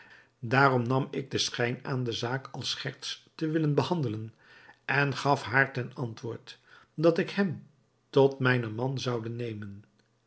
daarom nam ik den schijn aan de zaak als scherts te willen behandelen en gaf haar ten antwoord dat ik hem tot mijnen man zoude nemen